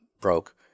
broke